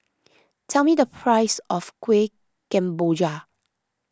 tell me the price of Kuih Kemboja